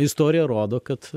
istorija rodo kad